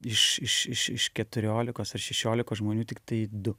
iš iš iš iš keturiolikos ar šešiolikos žmonių tiktai du